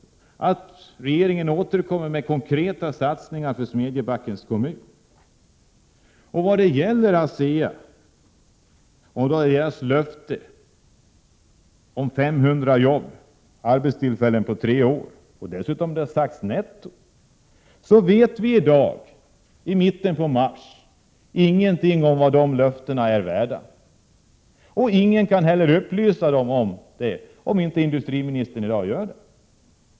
Vi vill också att regeringen återkommer med konkreta satsningar i Smedjebackens kommun. När det gäller ASEA och företagets löfte om 500 arbetstillfällen på tre år — netto dessutom, har det sagts— vet vi i dag, i mitten av mars, ingenting om vad det är värt. Ingen kan heller upplysa om det, om inte industriministern gör det i dag.